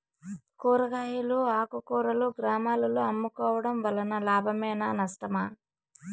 కూరగాయలు ఆకుకూరలు గ్రామాలలో అమ్ముకోవడం వలన లాభమేనా నష్టమా?